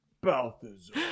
Balthazar